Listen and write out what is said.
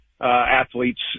athletes